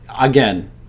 again